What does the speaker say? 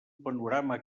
panorama